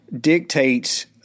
dictates